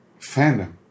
Fandom